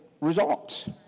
results